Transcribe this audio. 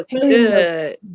Good